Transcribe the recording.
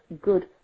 good